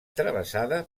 travessada